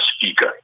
speaker